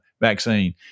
vaccine